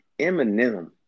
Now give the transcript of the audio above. Eminem